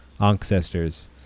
ancestors